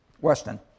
Weston